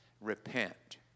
repent